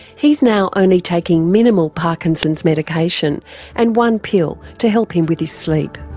he's now only taking minimal parkinson's medication and one pill to help him with his sleep.